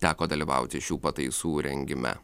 teko dalyvauti šių pataisų rengime